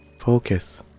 focus